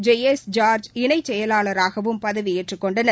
ஜெயேஷ் ஜார்ஜ் இணை செயலாளராகவும் பதவியேற்றுக் கொண்டனர்